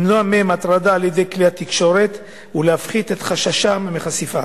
למנוע מהם הטרדה על-ידי כלי התקשורת ולהפחית את חששם מחשיפה.